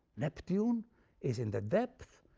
neptune is in the depth,